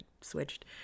switched